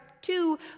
two